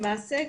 למעשה,